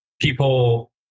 people